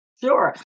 Sure